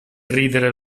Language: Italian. ridere